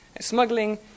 Smuggling